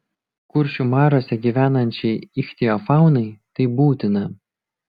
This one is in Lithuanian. kuršių mariose gyvenančiai ichtiofaunai tai būtina